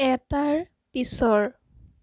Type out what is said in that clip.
এটাৰ পিছৰ